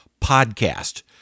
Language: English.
podcast